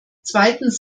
zweitens